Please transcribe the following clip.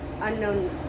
unknown